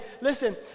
listen